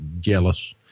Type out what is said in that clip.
Jealous